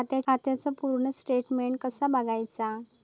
खात्याचा पूर्ण स्टेटमेट कसा बगायचा?